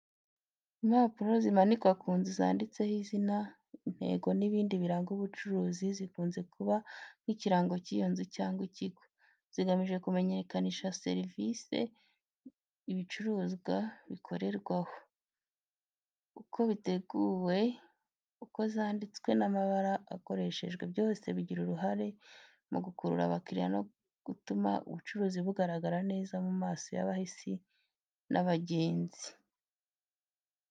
Impapuro zimanikwa ku nzu zanditseho izina, intego n’ibindi biranga ubucuruzi, zikunze kuba nk’ikirango cy’iyo nzu cyangwa ikigo. Zigamije kumenyekanisha serivisi cyangwa ibicuruzwa bikorerwa aho. Uko ziteguwe, uko zanditswe n’amabara akoreshejwe, byose bigira uruhare mu gukurura abakiriya no gutuma ubucuruzi bugaragara neza mu maso y’abahisi n’abagenzi.